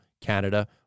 Canada